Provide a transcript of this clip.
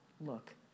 look